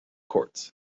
courts